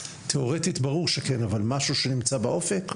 תיאורטית ברור שכן, אבל זה משהו שנמצא באופק?